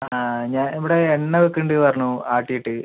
ഞാൻ ഇവിടെ എണ്ണ വിൽക്കുന്നുണ്ടെന്ന് പറഞ്ഞു ആട്ടീട്ട്